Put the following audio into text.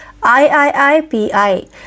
IIIPI